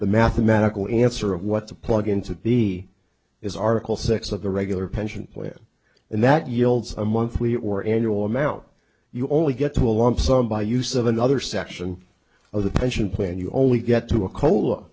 the mathematical answer of what to plug into b is article six of the regular pension plan and that yields a monthly or annual amount you only get to along some by use of another section of the pension plan you only get to a cola